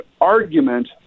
argument